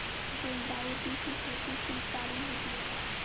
गुलदाउदी की खेती शीतकालीन होती है